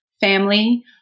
family